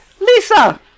Lisa